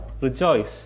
rejoice